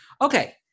Okay